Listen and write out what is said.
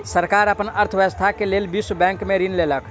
सरकार अपन अर्थव्यवस्था के लेल विश्व बैंक से ऋण लेलक